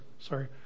sorry